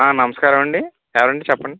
ఆ నమస్కారం అండి ఎవరు అండి చెప్పండి